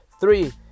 Three